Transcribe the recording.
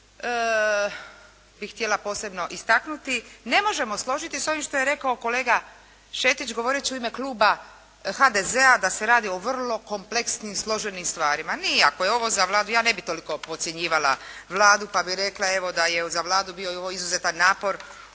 bi htjela posebno istaknuti, ne možemo složiti s ovim što je rekao kolega Šetić govoreći u ime kluba HDZ-a, da se radi o vrlo kompleksnim i složenim stvarima. Nije, ako je ovo za Vladu, ja ne bih toliko podcjenjivala Vladu pa bi rekla evo da je za Vladu ovo bio izuzetan napor